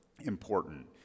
important